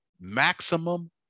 maximum